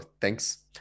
thanks